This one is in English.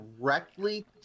directly